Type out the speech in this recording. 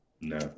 No